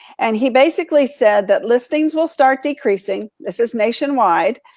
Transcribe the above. and he basically said that listings will start decreasing, this is nationwide,